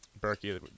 Berkey